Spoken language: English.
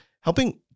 helping